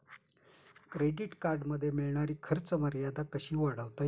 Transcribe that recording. Credit कार्डमध्ये मिळणारी खर्च मर्यादा कशी वाढवता येईल?